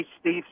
Steve